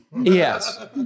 Yes